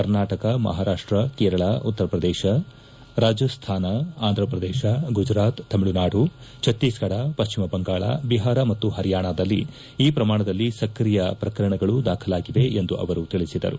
ಕರ್ನಾಟಕ ಮಹಾರಾಷ್ಟ ಕೇರಳ ಉತ್ತರ ಪ್ರದೇಶ ರಾಜಸ್ಥಾನ ಅಂಧ್ರಪ್ರದೇಶ ಗುಜರಾತ್ ತಮಿಳುನಾಡು ಭಕ್ತೀಸ್ಗಢ ಪಶ್ಚಿಮ ಬಂಗಾಳ ಬಿಹಾರ ಮತ್ತು ಪರಿಯಾಣದಲ್ಲಿ ಈ ಪ್ರಮಾಣದಲ್ಲಿ ಸಕ್ರಿಯ ಪ್ರಕರಣಗಳು ದಾಖಲಾಗಿವೆ ಎಂದು ಅವರು ತಿಳಿಸಿದರು